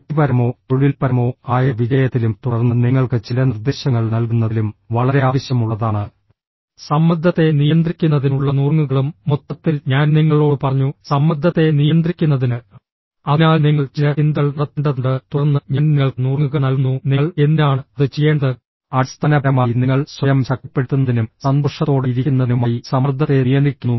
വ്യക്തിപരമോ തൊഴിൽപരമോ ആയ വിജയത്തിലും തുടർന്ന് നിങ്ങൾക്ക് ചില നിർദ്ദേശങ്ങൾ നൽകുന്നതിലും വളരെ ആവശ്യമുള്ളതാണ് സമ്മർദ്ദത്തെ നിയന്ത്രിക്കുന്നതിനുള്ള നുറുങ്ങുകളും മൊത്തത്തിൽ ഞാൻ നിങ്ങളോട് പറഞ്ഞു സമ്മർദ്ദത്തെ നിയന്ത്രിക്കുന്നതിന് അതിനാൽ നിങ്ങൾ ചില ചിന്തകൾ നടത്തേണ്ടതുണ്ട് തുടർന്ന് ഞാൻ നിങ്ങൾക്ക് നുറുങ്ങുകൾ നൽകുന്നു നിങ്ങൾ എന്തിനാണ് അത് ചെയ്യേണ്ടത് അടിസ്ഥാനപരമായി നിങ്ങൾ സ്വയം ശക്തിപ്പെടുത്തുന്നതിനും സന്തോഷത്തോടെയിരിക്കുന്നതിനുമായി സമ്മർദ്ദത്തെ നിയന്ത്രിക്കുന്നു